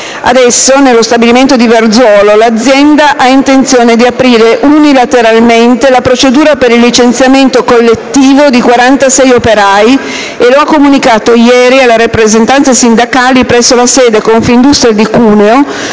Adesso nello stabilimento di Verzuolo l'azienda ha intenzione di aprire unilateralmente la procedura per il licenziamento collettivo di 46 operai e lo ha comunicato ieri alle rappresentanze sindacali presso la sede Confindustria di Cuneo,